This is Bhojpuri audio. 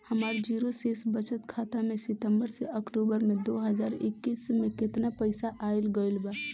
हमार जीरो शेष बचत खाता में सितंबर से अक्तूबर में दो हज़ार इक्कीस में केतना पइसा आइल गइल बा?